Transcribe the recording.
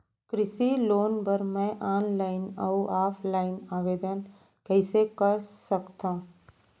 कृषि लोन बर मैं ऑनलाइन अऊ ऑफलाइन आवेदन कइसे कर सकथव?